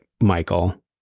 Michael